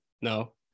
No